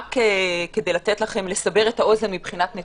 רק כדי לסבר את האוזן מבחינת נתונים,